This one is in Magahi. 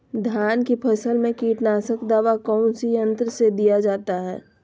धान की फसल में कीटनाशक दवा कौन सी यंत्र से दिया जाता है?